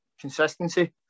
consistency